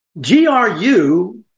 GRU